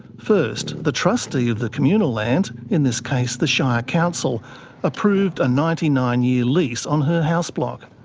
first, the trustee of the communal land in this case, the shire council approved a ninety nine year lease on her house block.